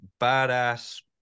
badass